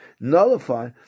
nullify